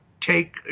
take